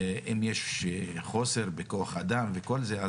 אם יש חוסר בכוח אדם וכל זה,